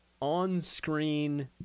on-screen